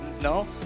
no